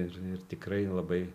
ir ir tikrai labai